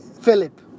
Philip